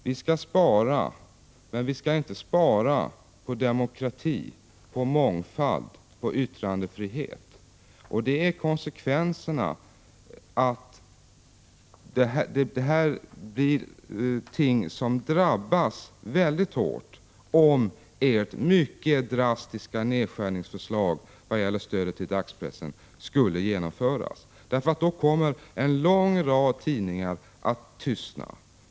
Vi skall spara, men vi skall inte spara på demokrati, på mångfald och yttrandefrihet, som kommer att drabbas väldigt hårt om ert mycket drastiska nedskärningsförslag vad gäller stödet till dagspressen skulle genomföras. Då kommer en lång rad tidningar att tystna.